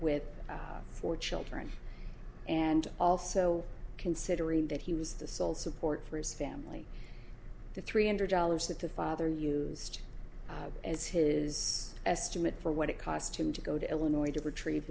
with with four children and also considering that he was the sole support for his family the three hundred dollars that the father used as his estimate for what it cost him to go to illinois to retrieve